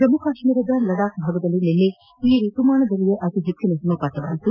ಜಮ್ಮ ಕಾಶ್ಮೀರದ ಲಡಾಕ್ ಭಾಗದಲ್ಲಿ ನಿನ್ನೆ ಈ ಋತುಮಾನದಲ್ಲಿಯೇ ಅತಿ ಹೆಚ್ಚಿನ ಹಿಮಪಾತವಾಗಿದೆ